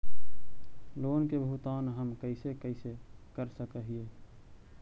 Loan के भुगतान हम कैसे कैसे कर सक हिय?